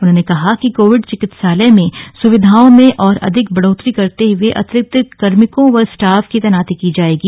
उन्होंने कहा कि कोविड चिकित्सालय में सुविधाओं में और अधिक बढ़ोत्तरी करते हुए अतिरिक्त कार्मिकों व स्टाफ की तैनाती की जाएगी